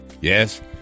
Yes